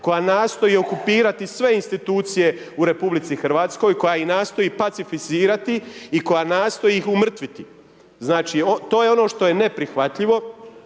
koja nastoji okupirati sve institucije u RH, koja i nastoji pacificirati i koja nastoji ih umrtviti. Znači to je ono što je neprihvatljivo